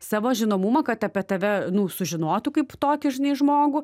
savo žinomumą kad apie tave nu sužinotų kaip tokį žinai žmogų